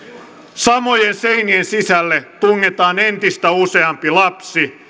samojen seinien sisälle tungetaan entistä useampi lapsi